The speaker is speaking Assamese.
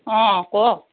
অঁ কওক